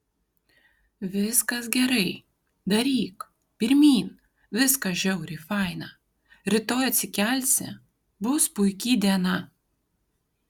viskas gerai daryk pirmyn viskas žiauriai faina rytoj atsikelsi bus puiki diena